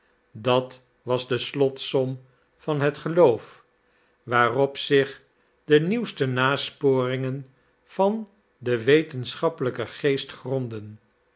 dat was de slotsom van het geloof waarop zich de nieuwste nasporingen van den wetenschappelijken geest grondden